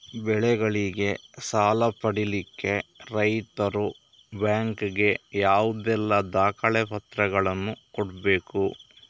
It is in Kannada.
ಬೆಳೆಗಳಿಗೆ ಸಾಲ ಪಡಿಲಿಕ್ಕೆ ರೈತರು ಬ್ಯಾಂಕ್ ಗೆ ಯಾವುದೆಲ್ಲ ದಾಖಲೆಪತ್ರಗಳನ್ನು ಕೊಡ್ಬೇಕು?